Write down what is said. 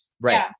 Right